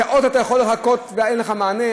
שעות אתה יכול לחכות ואין לך מענה.